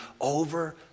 over